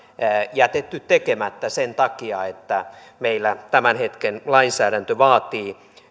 jätetty tekemättä sen takia että meillä tämän hetken lainsäädäntö vaatii